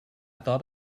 thought